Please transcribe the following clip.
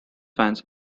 fans